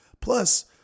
plus